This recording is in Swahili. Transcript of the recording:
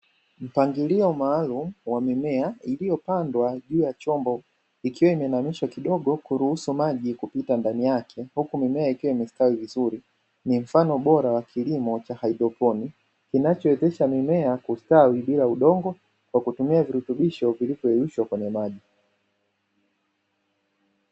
Mpangilio maalumu wa mimea iliyopandwa juu ya chombo ikiwa imeinamishwa kidogo kuruhusu maji kupita ndani yake huku mimea ikiwa imestawi vizuri. Ni mfano bora wa kilimo cha haidroponi kinachowezesha mimea kustawi bila udongo kwa kutumia virutubisho vilivyoyeyushwa kwenye maji.